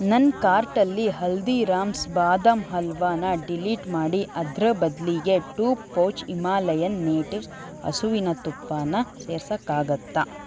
ನನ್ನ ಕಾರ್ಟಲ್ಲಿ ಹಲ್ದೀರಾಮ್ಸ್ ಬಾದಾಮ್ ಹಲ್ವಾನ ಡಿಲೀಟ್ ಮಾಡಿ ಅದರ ಬದಲಿಗೆ ಟು ಪೌಚ್ ಹಿಮಾಲಯನ್ ನೇಟಿವ್ಸ್ ಹಸುವಿನ ತುಪ್ಪಾನ ಸೇರ್ಸೋಕ್ಕಾಗತ್ತಾ